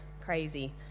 crazy